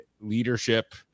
leadership